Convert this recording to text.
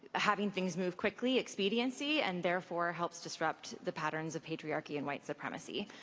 having things move quickly, expediency, and therefore, helps disrupt the patterns of pay koreaarchy and white supremacy,